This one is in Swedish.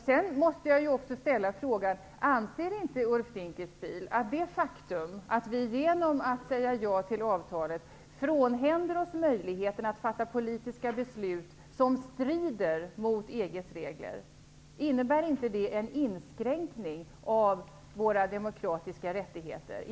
Sedan måste jag också ställa frågan: Anser inte Ulf Dinkelspiel att det faktum att vi genom att säga ja till avtalet frånhänder oss möjligheten att fatta politiska beslut som strider mot EG:s regler innebär en inskränkning av våra demokratiska rättigheter?